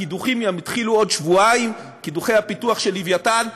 קידוחי הפיתוח של "לווייתן"